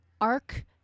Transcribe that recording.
ARC